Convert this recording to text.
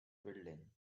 building